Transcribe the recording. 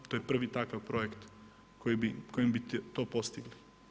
To je prvi takav projekt kojim bi to postigli.